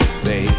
say